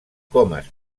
comes